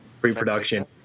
pre-production